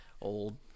old